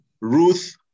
Ruth